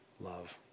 love